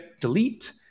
Delete